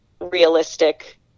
realistic